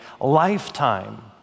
lifetime